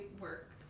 work